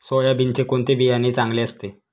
सोयाबीनचे कोणते बियाणे चांगले असते?